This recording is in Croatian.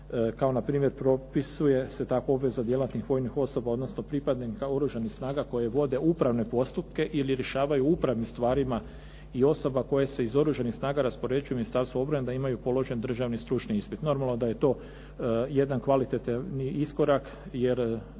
Kao na primjer, propisuje se tako obveza djelatnih vojnih osoba odnosno pripadnika oružanih snaga koji vode upravne postupke ili rješavaju u upravnim stvarima i osoba koje se iz oružanih snaga raspoređuju u Ministarstvu obrane da imaju položen Državni stručni ispit. Normalno da je to jedan kvalitetan iskorak jer